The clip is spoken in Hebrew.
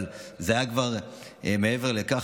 אבל זה כבר היה מעבר לכך.